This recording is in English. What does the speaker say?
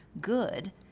good